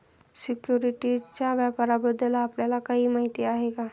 सिक्युरिटीजच्या व्यापाराबद्दल आपल्याला काही माहिती आहे का?